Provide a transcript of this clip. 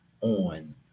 on